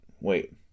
Wait